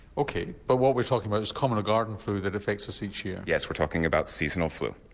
ok but what we're talking about is common or garden flu that affects us each year? yes, we're talking about seasonal flu.